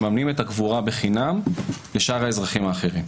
מממנים את הקבורה בחינם לשאר האזרחים האחרים.